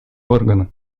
органа